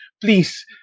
please